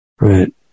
Right